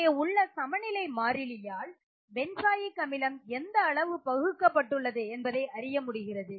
அங்கே உள்ள சமநிலை மாறிலியால் பென்சாயிக் அமிலம் எந்த அளவு பகுக்கப்பட்டுள்ளது என்பதை அறியமுடிகிறது